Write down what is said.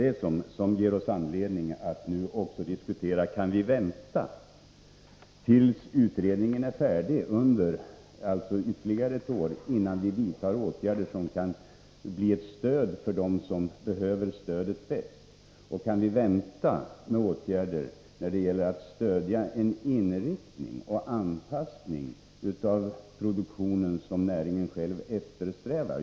Detta ger oss också anledning att fråga: Kan vi vänta tills utredningen är färdig, dvs. ytterligare ett år, innan vi vidtar åtgärder som kan bli ett stöd för dem som behöver stöd bäst, och kan vi vänta med åtgärder när det gäller att stödja en inriktning och en anpassning av produktionen, som näringen själv eftersträvar?